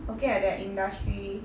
looking at that industry